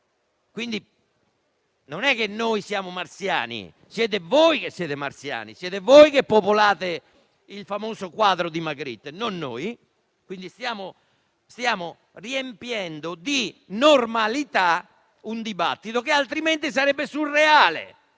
Quindi, non siamo noi marziani, ma lo siete voi, lo siete voi che popolate il famoso quadro di Magritte, e non noi. Noi stiamo riempiendo di normalità un dibattito che altrimenti sarebbe surreale.